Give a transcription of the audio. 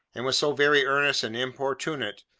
and was so very earnest and importunate,